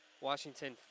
Washington